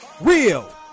real